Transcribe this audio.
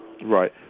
Right